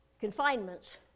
confinements